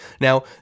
Now